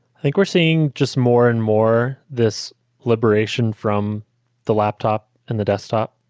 i think we're seeing just more and more this liberation from the laptop and the desktop.